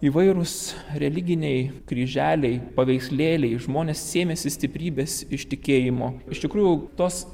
įvairūs religiniai kryželiai paveikslėliai žmonės sėmėsi stiprybės iš tikėjimo iš tikrųjų tos